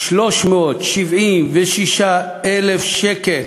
376,000 שקל,